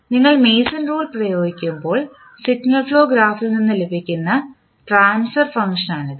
അതിനാൽ നിങ്ങൾ Mason rule പ്രയോഗിക്കുമ്പോൾ സിഗ്നൽ ഫ്ലോ ഗ്രാഫിൽ നിന്ന് ലഭിക്കുന്ന ട്രാൻസ്ഫർ ഫംഗ്ഷനാണിത്